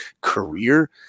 career